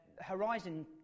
Horizon